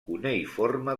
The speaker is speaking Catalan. cuneïforme